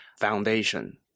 foundation